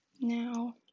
now